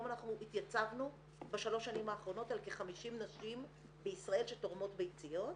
התייצבנו בשלוש השנים האחרונות על כ-50 נשים בישראל שתורמות ביציות.